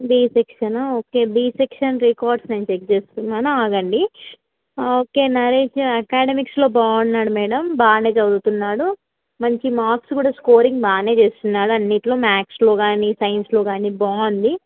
be సెక్షనా okay B section records నేను check చేస్తున్నాను ఆగండి ఓకే నరేష్ అకాడెమిక్స్లో బాగున్నాడు మేడం బాగానే చదువుతున్నాడు మంచి మార్క్స్ కూడా స్కోరింగ్ బాగానే చేస్తున్నాడు అన్నింటిలో మ్యాథ్స్లో కానీ సైన్స్లో కానీ బాగుంది